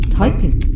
typing